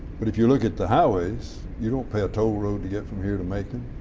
but if you look at the highways you don't pay a toll rode to get from here to macon,